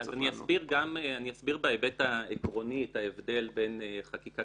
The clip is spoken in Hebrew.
אז אני אסביר בהיבט העקרוני את ההבדל בין חקיקה